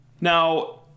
Now